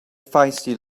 feisty